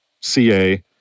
CA